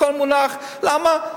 הכול מונח, למה?